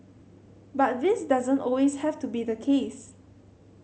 but this doesn't always have to be the case